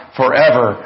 forever